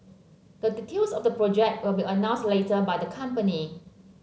the details of the project will be announced later by the company